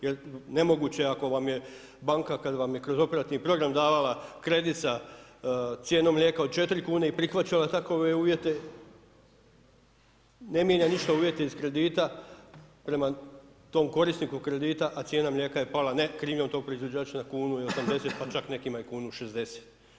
Jer nemoguće ako vam je banka, kada vam je kroz operativni program davala kredit sa cijenom mlijeka od 4 kn i prihvaćala takove uvjete, ne mijenja ništa uvjete iz kredita, prema tom korisniku kredita a cijena mlijeka je pala, ne krivnjom tog proizvođača na kunu i 80 pa čak nekim i kunu 60.